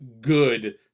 good